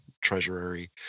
Treasury